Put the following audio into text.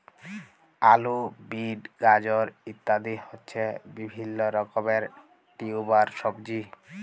আলু, বিট, গাজর ইত্যাদি হচ্ছে বিভিল্য রকমের টিউবার সবজি